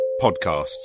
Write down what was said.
podcasts